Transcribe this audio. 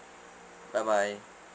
bye bye